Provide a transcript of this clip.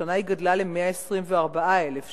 והשנה היא גדלה ל-124,000 שקלים.